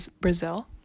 brazil